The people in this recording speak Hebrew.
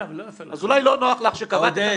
מירב לא יפה --- אז אולי לא נוח לך שקבעת את